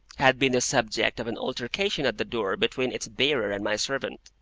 had been the subject of an altercation at the door between its bearer and my servant.